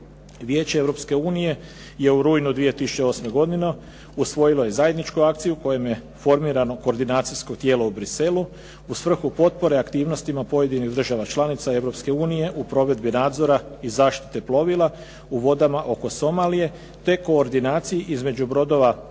Vijeće Europske unije je u rujnu 2008. godine usvojilo je zajedničku akciju kojem je formirano koordinacijsko tijelo u Bruxellesu u svrhu potpore aktivnostima pojedinim državama članica Europske unije u provedbi nadzora i zaštite plovila u vodama oko Somalije, te koordinaciji između brodova